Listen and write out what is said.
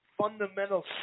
fundamental